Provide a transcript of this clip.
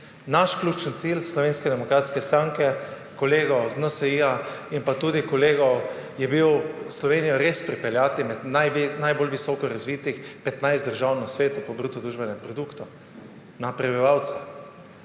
Naš ključni cilj, Slovenske demokratske stranke in kolegov iz NSi, ter tudi kolegov je bil Slovenijo res pripeljati med najbolj visoko razvitih 15 držav na svetu po bruto družbenem produktu na prebivalca.